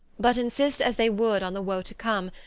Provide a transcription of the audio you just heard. but insist as they would on the woe to come,